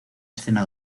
escena